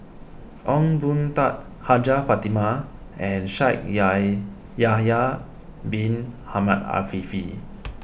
Ong Boon Tat Hajjah Fatimah and Shaikh Yahya Bin Ahmed Afifi